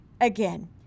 again